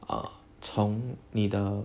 err 从你的